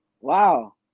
wow